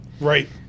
Right